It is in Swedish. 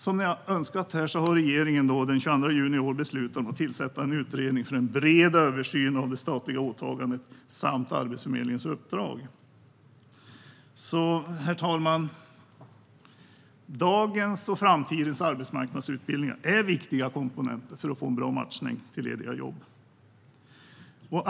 Som ni har önskat har regeringen den 22 juni i år beslutat om att tillsätta en utredning för en bred översyn av det statliga åtagandet och Arbetsförmedlingens uppdrag. Herr talman! Dagens och framtidens arbetsmarknadsutbildningar är viktiga komponenter för att få en bra matchning till lediga jobb.